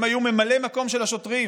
הם היו ממלאי מקום של השוטרים